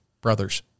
brothers